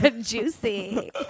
Juicy